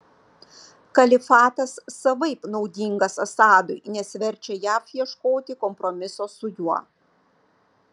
kalifatas savaip naudingas assadui nes verčia jav ieškoti kompromiso su juo